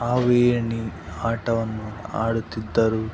ಹಾವು ಏಣಿ ಆಟವನ್ನು ಆಡುತ್ತಿದ್ದರು